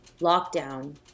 lockdown